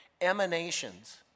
emanations